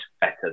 better